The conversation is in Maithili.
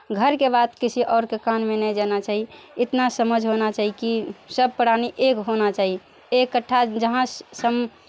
घरके बात किसी आओरके कानमे नहि जाना चाही इतना समझ होना चाही कि सभ प्राणी एक होना चाही इकट्ठा जहाँ सम